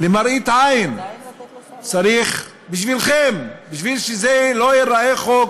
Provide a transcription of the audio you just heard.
למראית עין, בשבילכם, כדי שזה לא ייראה חוק